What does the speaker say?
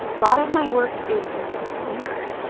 lot of my work is weird.